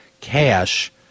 cash